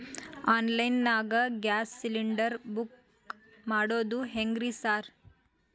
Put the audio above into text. Online ನಾಗ gas cylinder ನಾ book ಮಾಡೋದ್ ಹೆಂಗ್ರಿ ಸಾರ್?